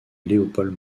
léopold